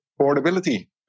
portability